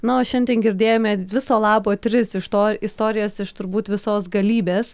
na o šiandien girdėjome viso labo tris iš to istorijas iš turbūt visos galybės